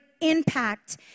impact